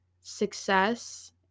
success